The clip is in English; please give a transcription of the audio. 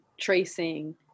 tracing